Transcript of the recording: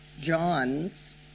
John's